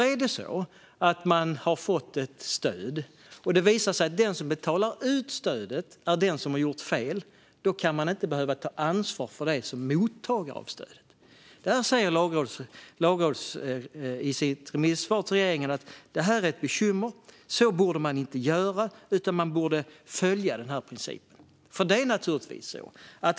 Om man har fått ett stöd och det visar sig att den som betalat ut stödet är den som gjort fel kan man inte behöva ta ansvar för detta som mottagare av stödet. Lagrådet säger i sitt remissvar till regeringen att detta är ett bekymmer. Så borde man inte göra, utan man borde följa den här principen.